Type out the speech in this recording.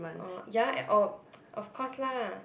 orh ya eh oh of course lah